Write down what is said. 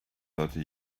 thirty